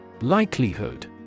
Likelihood